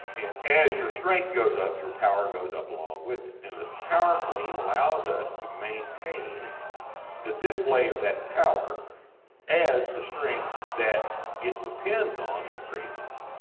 and as your strength goes up your power goes up along with it and the power clean allows us to maintain the display of that power as the strength that it depends on increases,